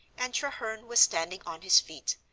and treherne was standing on his feet,